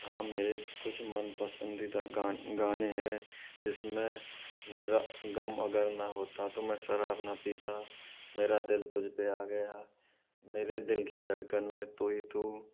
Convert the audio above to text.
हाँ मेरे कुछ मन पसंदीदा गान गाने हैं जिस में मेरा ग़म अगर ना होता तो मैं शराब ना पीता मेरा दिल तुझ पे आ गया मेरे दिल की धड़कन में तू ही तू